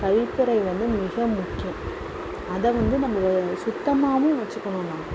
கழிப்பறை வந்து மிக முக்கியம் அதை வந்து நம்ம சுத்தமாகவும் வச்சுக்கணும் நாம